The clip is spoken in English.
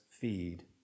feed